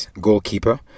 goalkeeper